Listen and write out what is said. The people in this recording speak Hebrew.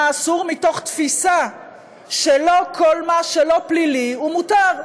אסור מתוך תפיסה שלא כל מה שלא פלילי הוא מותר.